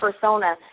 persona